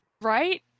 Right